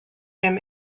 him